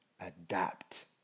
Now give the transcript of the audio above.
adapt